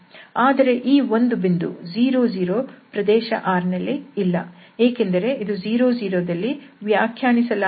ಆದರೆ ಈ ಒಂದು ಬಿಂದು 00 ಪ್ರದೇಶ R ನಲ್ಲಿ ಇಲ್ಲ ಏಕೆಂದರೆ ಇದು 00 ದಲ್ಲಿ ವ್ಯಾಖ್ಯಾನಿಸಲಾಗಿಲ್ಲ